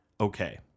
okay